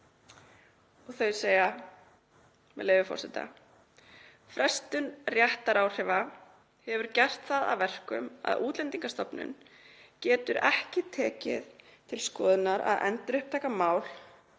Þar segir, með leyfi forseta: „Frestun réttaráhrifa hefur gert það að verkum að Útlendingastofnun getur ekki tekið til skoðunar að endurupptaka mál